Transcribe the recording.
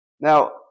Now